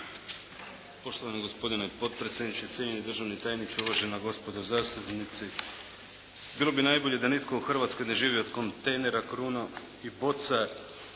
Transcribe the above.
Hvala.